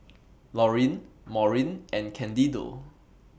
Laurine Maurine and Candido